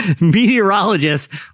Meteorologists